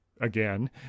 again